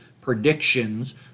predictions